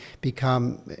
become